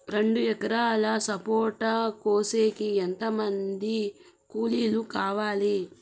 రెండు ఎకరాలు సపోట కోసేకి ఎంత మంది కూలీలు కావాలి?